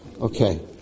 Okay